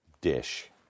dish